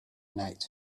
night